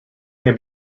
can